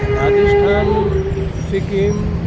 Rajasthan Sikkim